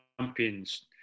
Champions